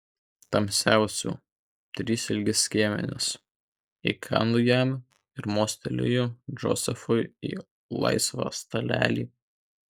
tamsiausių trys ilgi skiemenys įkandu jam ir mosteliu džozefui į laisvą stalelį